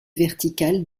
verticales